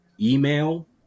email